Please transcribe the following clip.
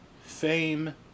Fame